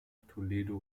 toledo